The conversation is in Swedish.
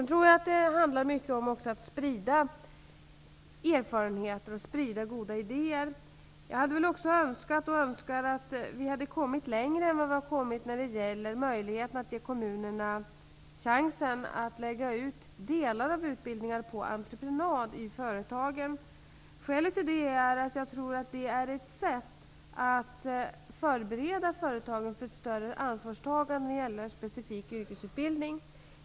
Jag tror att det även handlar om att sprida erfarenheter och goda idéer. Jag önskar att vi hade kommit längre än vi har gjort när det gäller möjligheterna att ge kommunerna chans att lägga ut delar av utbildningen på entreprenad i företagen. Skälet till det är att jag tror att detta är ett sätt att förbereda företagen för ett större ansvarstagande när det gäller specifik yrkesutbildning.